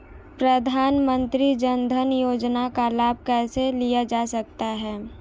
प्रधानमंत्री जनधन योजना का लाभ कैसे लिया जा सकता है?